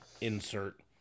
insert